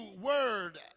word